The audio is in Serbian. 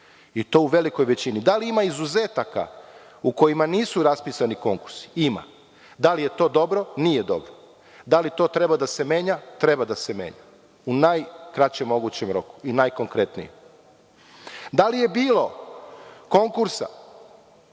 i to u velikoj većini. Da li ima izuzetaka u kojima nisu raspisani konkursi? Ima. Da li je to dobro? Nije dobro. Da li to treba da se menja? Treba da se menja u najkraćem mogućem roku i najkonkretnije. Da li je bilo konkursa